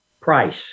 Price